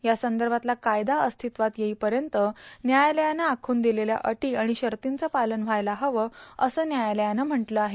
या संदर्भातला कायदा अस्तित्वात येईपर्यत न्यायालयानं आख्रन दिलेल्या अटी आणि शर्तीचं पालन व्हायला हवं असं व्यायालयानं म्हटलं आहे